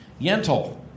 Yentl